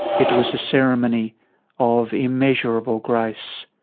it was a ceremony of immeasurable grace.